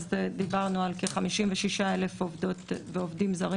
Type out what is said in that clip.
דיברנו על כ-56,000 עובדות ועובדים זרים